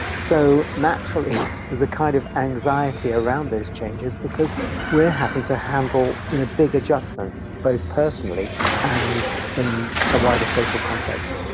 so naturally there's kind of anxiety around those changes because we are having to handle you know big adjustments, both personally and in a wider social context.